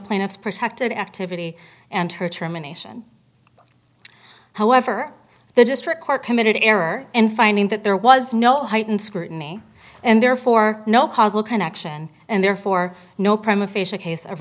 plaintiff's protected activity and her terminations however the district court committed error in finding that there was no heightened scrutiny and therefore no possible connection and therefore no crime official case of